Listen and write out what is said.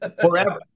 forever